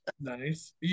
Nice